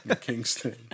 Kingston